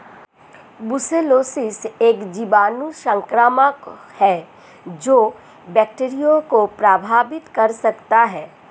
brucellosis एक जीवाणु संक्रमण है जो बकरियों को प्रभावित कर सकता है